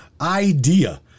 idea